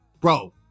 Bro